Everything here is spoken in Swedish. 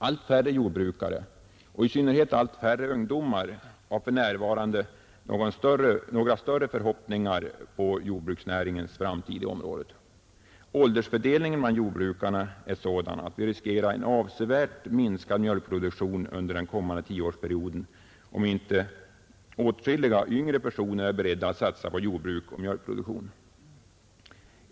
Allt färre jordbrukare och i synnerhet allt färre jordbrukarungdomar har för närvarande några större förhoppningar på jordbruksnäringens framtid inom området. Åldersfördelningen bland jordbrukarna är sådan att vi riskerar en avsevärt minskad mjölkproduktion under den kommande tioårsperioden, om inte åtskilliga yngre personer är beredda att satsa på jordbruk och mjölkproduktion.